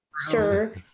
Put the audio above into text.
sir